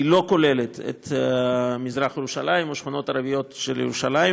לא כוללת את מזרח ירושלים או שכונות ערביות של ירושלים,